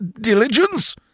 Diligence